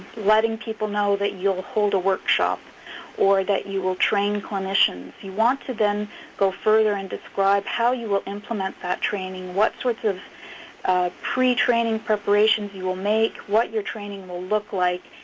letting people know that you'll hold a workshop or that you will train clinicians. you want to then go further and describe how you will implement that training, what sorts of pre-training preparations you will make, what your training will look like.